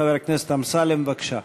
חבר הכנסת אמסלם, בבקשה.